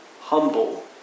humble